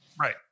right